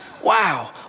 Wow